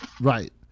right